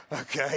Okay